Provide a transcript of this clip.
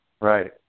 Right